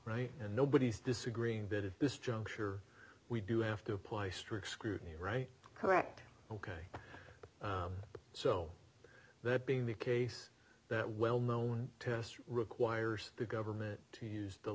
right and nobody is disagreeing bit at this juncture we do have to apply strict scrutiny right correct ok so that being the case that well known test requires the government to use the